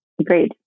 agreed